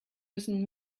müssen